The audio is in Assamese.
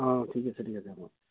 অঁ ঠিক আছে ঠিক আছে হ'ব